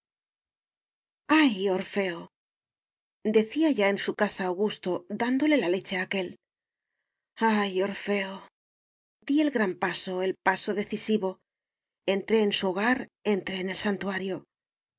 ay orfeo decía ya en su casa augusto dándole la leche a aquél ay orfeo di el gran paso el paso decisivo entré en su hogar entré en el santuario